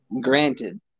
Granted